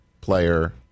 player